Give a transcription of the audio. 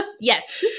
Yes